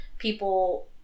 people